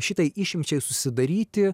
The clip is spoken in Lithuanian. šitai išimčiai susidaryti